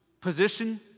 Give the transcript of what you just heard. position